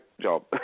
job